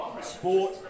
sport